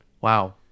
wow